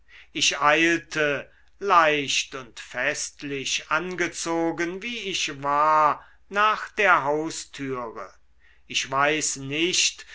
ich eilte leicht und festlich angezogen wie ich war nach der haustüre ich weiß nicht